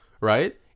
right